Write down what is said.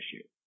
issue